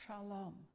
Shalom